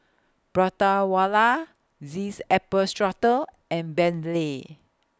Prata Wala This Apple Strudel and Bentley